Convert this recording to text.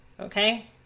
Okay